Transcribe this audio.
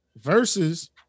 versus